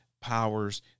powers